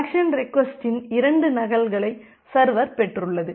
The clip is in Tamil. கனெக்சன் ரெக்வஸ்ட்டின் 2 நகல்களை சர்வர் பெற்றுள்ளது